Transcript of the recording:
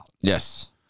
Yes